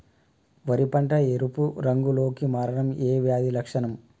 వరి పంట ఎరుపు రంగు లో కి మారడం ఏ వ్యాధి లక్షణం?